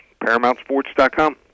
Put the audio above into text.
ParamountSports.com